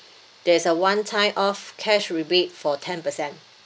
there is a one time off cash rebate for ten per cent